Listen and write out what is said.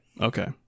Okay